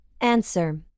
Answer